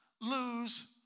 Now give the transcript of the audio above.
lose